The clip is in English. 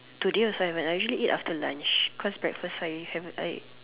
today also haven't I usually eat after lunch cause breakfast I haven't I